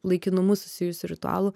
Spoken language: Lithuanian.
laikinumu susijusių ritualų